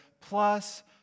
plus